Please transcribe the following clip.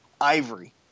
Ivory